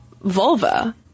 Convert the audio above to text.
vulva